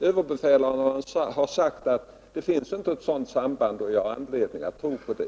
Överbefälhavaren har sagt att det inte finns ett sådant samband, och jag har anledning att tro på det.